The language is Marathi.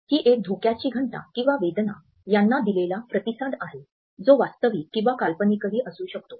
हा एक धोक्याची घंटा किंवा वेदना यांना दिलेला प्रतिसाद आहे जो वास्तविक किंवा काल्पनिक ही असू शकतो